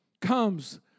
comes